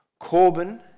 Corbyn